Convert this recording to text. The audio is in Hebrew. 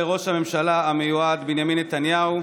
תודה לראש הממשלה המיועד בנימין נתניהו.